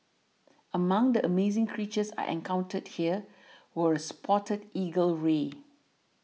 among the amazing creatures I encountered here were a spotted eagle ray